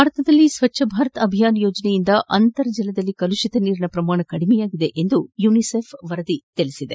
ಭಾರತದಲ್ಲಿ ಸ್ಲಚ್ಲ ಭಾರತ್ ಅಭಿಯಾನ್ ಯೋಜನೆಯಿಂದ ಅಂತರ್ಜಲದಲ್ಲಿ ಕಲುಷಿತ ನೀರಿನ ಪ್ರಮಾಣ ಕಡಿಮೆಯಾಗಿದೆ ಎಂದು ಯುನಿಸೆಫ್ ವರದಿ ಮಾಡಿದೆ